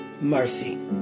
mercy